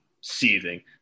seething